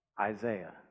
Isaiah